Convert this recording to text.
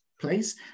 place